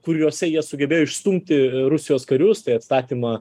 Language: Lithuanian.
kuriuose jie sugebėjo išstumti rusijos karius tai atstatymą